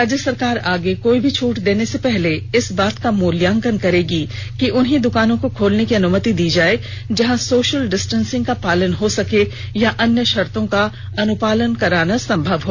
राज्य सरकार आगे कोई भी छूट देने के पहले इस बात का मूल्यांकन करेगी कि उन्हीं दुकानों को खोलने की अनुमति दी जाए जहां सोशल डिस्टेंसिंग का पालन हो सके या अन्य शर्तो का अनुपालन कराना संभव हो